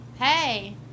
Hey